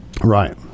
Right